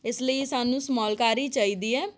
ਇਸ ਲਈ ਸਾਨੂੰ ਸਮੌਲ ਕਾਰ ਹੀ ਚਾਹੀਦੀ ਹੈ